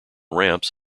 ramps